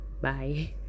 Bye